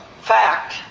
fact